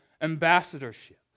ambassadorship